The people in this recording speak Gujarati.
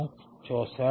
58 1